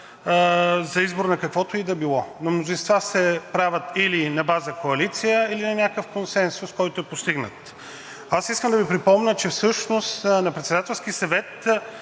за избор на каквото и да било. Мнозинства се правят или на база коалиция, или на някакъв консенсус, който е постигнат. Искам да Ви припомня, че всъщност на Председателския съвет